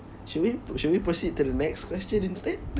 should we should we proceed to the next question instead